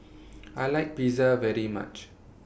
I like Pizza very much